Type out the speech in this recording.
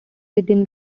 within